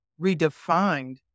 redefined